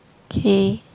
okay